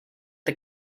the